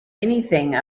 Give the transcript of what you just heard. anything